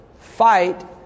fight